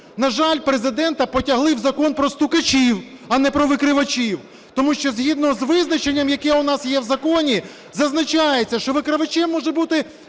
На жаль, Президента потягли в закон про стукачів, а не про викривачів. Тому що, згідно з визначенням, яке у нас є в законі, зазначається, що викривачем може бути